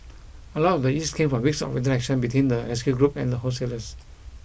a lot of the ease came from weeks of interaction between the rescue group and the wholesalers